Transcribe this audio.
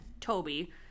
Toby